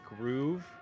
groove